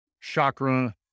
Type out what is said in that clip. chakra